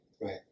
Right